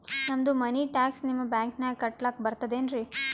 ನಮ್ದು money tax ನಿಮ್ಮ ಬ್ಯಾಂಕಿನಾಗ ಕಟ್ಲಾಕ ಬರ್ತದೇನ್ರಿ?